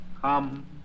Come